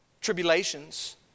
Tribulations